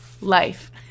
life